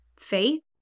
Faith